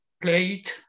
played